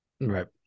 right